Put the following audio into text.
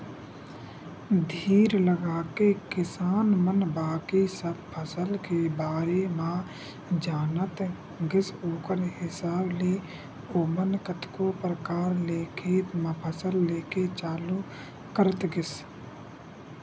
धीर लगाके किसान मन बाकी सब फसल के बारे म जानत गिस ओखर हिसाब ले ओमन कतको परकार ले खेत म फसल लेके चालू करत गिस